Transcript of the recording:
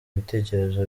ibitekerezo